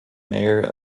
mayor